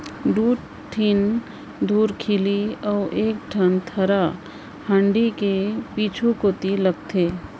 दू ठिन धुरखिली अउ एक ठन थरा डांड़ी के पीछू कोइत लागथे